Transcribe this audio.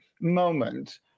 moment